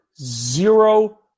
zero